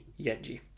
Yenji